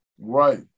Right